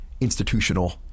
institutional